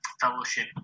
fellowship